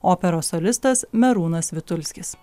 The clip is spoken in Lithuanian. operos solistas merūnas vitulskis